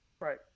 Right